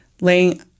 laying